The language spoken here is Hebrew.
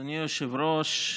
אדוני היושב-ראש,